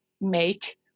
make